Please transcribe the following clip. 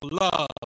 love